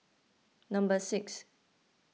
number six